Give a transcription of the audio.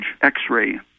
X-ray